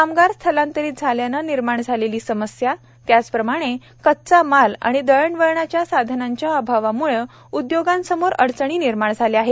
कामगार स्थलांतरित झाल्याने निर्माण झालेली समस्या त्याच प्रमाणे कच्चा माल आणि दळण वळणाचा साधनांच्या अभावामुळे उदयोगांसमोर अडचणी निर्माण झाल्या आहेत